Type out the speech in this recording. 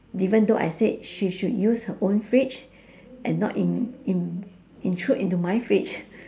even though I said she should use her own fridge and not in~ in~ intrude into my fridge